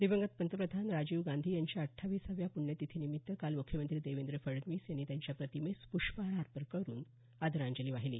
दिवंगत पंतप्रधान राजीव गांधी यांच्या अठ्ठावीसाव्या प्ण्यतिथी निमित्त काल मुख्यमंत्री देवेंद्र फडणवीस यांनी त्यांच्या प्रतिमेस पुष्पहार अर्पण करुन आदरांजली वाहिली